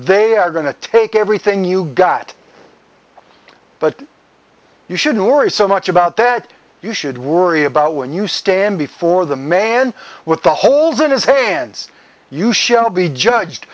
they are going to take everything you got but you shouldn't worry so much about that you should worry about when you stand before the man with the holes in his hands you shall be judged